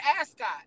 ascot